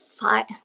five